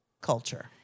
culture